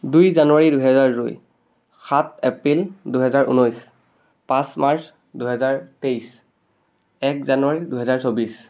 দুই জানুৱাৰী দুহেজাৰ দুই সাত এপ্ৰিল দুহেজাৰ ঊনৈছ পাঁচ মাৰ্চ দুহেজাৰ তেইছ এক জানুৱাৰী দুহেজাৰ চৌব্বিছ